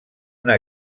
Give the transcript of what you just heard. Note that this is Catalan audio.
una